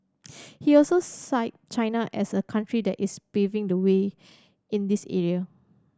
he also cite China as a country that is paving the way in this area